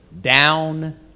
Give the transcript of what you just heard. down